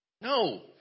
No